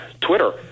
Twitter